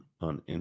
on